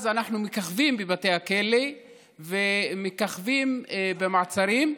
אנחנו מככבים בבתי הכלא ומככבים במעצרים.